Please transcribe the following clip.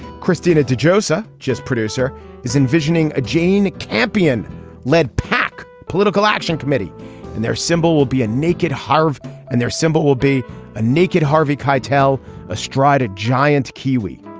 christina de josiah just producer is envisioning a jane campion led pac political action committee and their symbol will be a naked hive and their symbol will be a naked harvey keitel astride a giant kiwi.